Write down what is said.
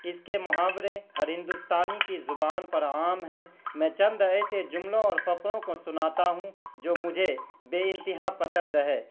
اس کے محاورے ہر ہندوستانی کی زبان پر عام ہیں میں چند ایسے جملوں اور فقروں کو سناتا ہوں جو مجھے بےانتہا پسند ہے